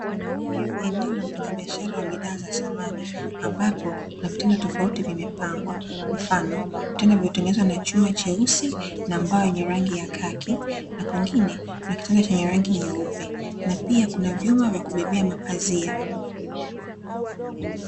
Eneo la mfanyabiashara wa bidhaa za samani, ambapo kuna vitanda tofauti vimepangwa, kwa mfano vitanda vilivyotengenezwa kwa chuma cheusi na mbao yenye rangi ya kaki, na kwingine kuna kitanda chenye rangi nyeupe na pia kuna vyuma vya kubebea mapazia.